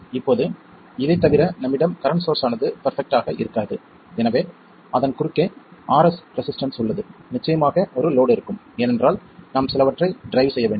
இப்போது இதைத் தவிர நம்மிடம் கரண்ட் சோர்ஸ் ஆனது பெர்பெக்ட் ஆக இருக்காது எனவே அதன் குறுக்கே Rs ரெசிஸ்டன்ஸ் உள்ளது நிச்சயமாக ஒரு லோட் இருக்கும் ஏனென்றால் நாம் சிலவற்றை டிரைவ் செய்யவேண்டும்